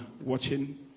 watching